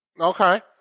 Okay